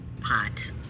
pot